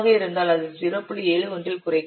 71 ல் குறைக்கும்